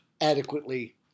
adequately